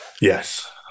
Yes